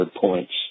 points